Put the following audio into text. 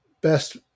best